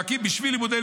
ו"רשעים" רשעים זה,